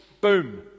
Boom